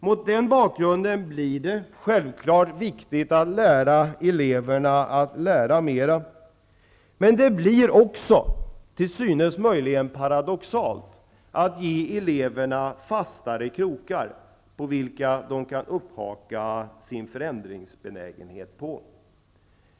Mot den bakgrunden blir det självklart viktigt att lära eleverna att lära sig mera. Men det blir också till synes möjligen paradoxalt att ge eleverna fastare krokar, på vilka de kan upphaka sin förändringsbenägenhet.